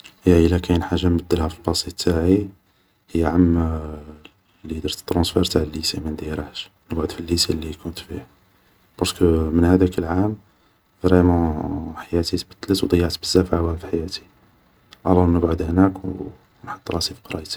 هي الا كاين حاجة نبدلها في الباسي تاعي هي عام اللي درت ترونسفار تاع الليسي ما نديرهش, نقعد في الليسي لي كنت فيه, بارسكو من هداك العام حياتي فريمون تبدلت و ضيعت بزاف عوام في حياتي, الور نقعد هناك و نحط راسي في قرايتي